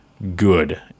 good